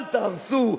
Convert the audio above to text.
אל תהרסו,